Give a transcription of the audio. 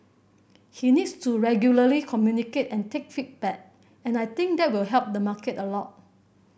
he needs to regularly communicate and take feedback and I think that will help the market a lot